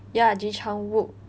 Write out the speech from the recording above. ya ji chang wook